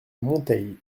monteils